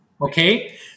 Okay